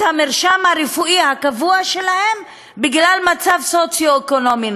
תרופות לפי המרשם הרפואי הקבוע שלהם בגלל מצב סוציו-אקונומי.